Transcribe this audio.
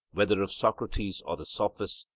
whether of socrates or the sophists,